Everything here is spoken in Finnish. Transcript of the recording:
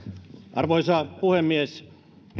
arvoisa puhemies